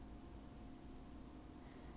mine can't even open her mouth lah